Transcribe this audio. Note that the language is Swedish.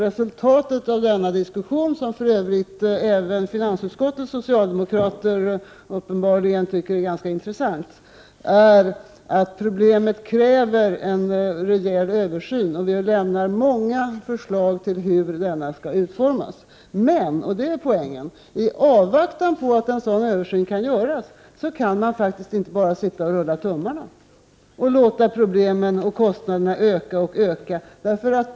Resultatet av denna diskussion, som för övrigt även finansutskottets socialdemokrater uppenbarligen tycker är ganska intressant, är att problemet kräver en rejäl översyn. Vi lämnar många förslag till hur en sådan skall utformas. Men — och det är poängen — i avvaktan på att en sådan översyn kan göras, kan man faktiskt inte bara sitta och rulla tummarna samt låta problemen och kostnaderna bara öka och öka.